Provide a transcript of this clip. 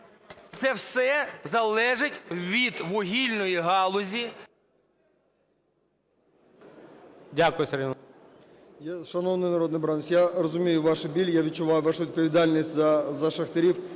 Це все залежить від вугільної галузі…